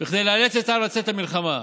כדי לאלץ את העם לצאת למלחמה,